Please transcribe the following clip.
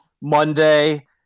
Monday